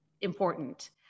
important